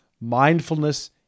mindfulness